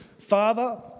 Father